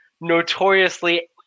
notoriously